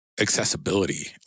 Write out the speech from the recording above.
accessibility